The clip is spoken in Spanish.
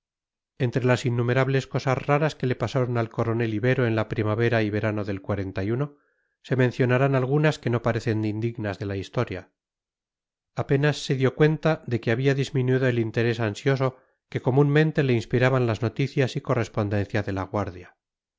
entre las innumerables cosas raras que le pasaron al coronel ibero en la primavera y verano del se mencionarán algunas que no parecen indignas de la historia apenas se dio cuenta de que había disminuido el interés ansioso que comúnmente le inspiraban las noticias y correspondencia de la guardia